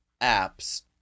apps